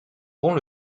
pont